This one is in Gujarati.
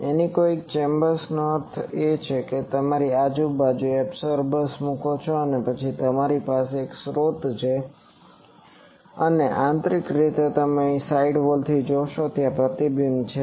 એનોકોઇક ચેમ્બર્સનો અર્થ છે તમે આજુબાજુ એબસોર્બર મૂકો છો અને પછી તમારી પાસે એક સ્રોત છે અને આંતરિક રીતે તમે અહીંથી સાઈડ વોલથી જોશો ત્યાં પ્રતિબિંબ છે